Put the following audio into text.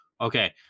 Okay